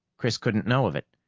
chris couldn't know of it.